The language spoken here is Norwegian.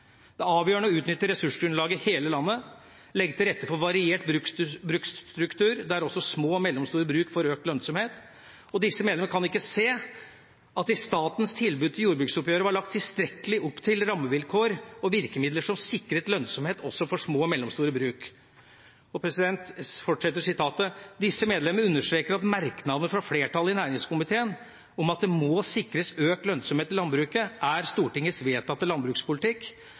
det er: avgjørende å utnytte ressursgrunnlaget i hele landet.» Det må: legges til rette for variert bruksstruktur der også små og mellomstore bruk får økt lønnsomhet.» Videre: «Disse medlemmer kan ikke se at det i statens tilbud til jordbruksoppgjør var lagt tilstrekkelig opp til rammevilkår og virkemidler som sikret lønnsomhet også for små og mellomstore bruk. Disse medlemmer understreker at merknader fra flertallet i næringskomiteen om at det må sikres økt lønnsomhet i landbruket, er Stortingets vedtatte landbrukspolitikk,